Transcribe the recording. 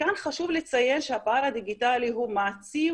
כאן חשוב לציין שהפער הדיגיטלי מעצים